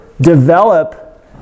develop